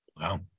Wow